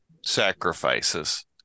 sacrifices